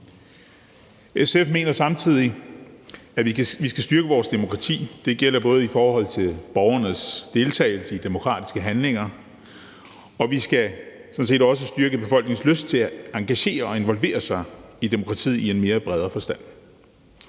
SF mener samtidig, at vi skal styrke vores demokrati. Det gælder både i forhold til borgernes deltagelse i demokratiske handlinger, og sådan set også, at vi skal styrke befolkningens lyst til at engagere og involvere sig i demokratiet i en mere bred forstand.